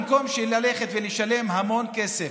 במקום ללכת ולשלם המון כסף,